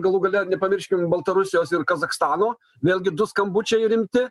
galų gale nepamirškim baltarusijos ir kazachstano vėlgi du skambučiai rimti